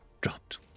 dropped